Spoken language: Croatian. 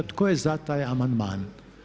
Tko je za taj amandman?